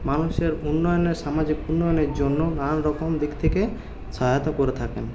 মানুষের উন্নয়নের সামাজিক উন্নয়নের জন্য নানান রকম দিক থেকে সহায়তা করে থাকেন